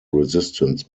resistance